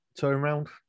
turnaround